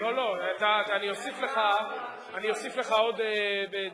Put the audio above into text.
לא, לא, אני אוסיף לך עוד דקה.